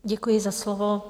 Děkuji za slovo.